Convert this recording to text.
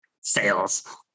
sales